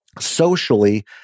socially